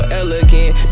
elegant